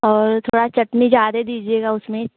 और थोड़ा चटनी ज़्यादा दीजिएगा उसमें